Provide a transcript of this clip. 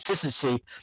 consistency